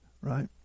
right